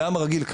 בעם הרגיל,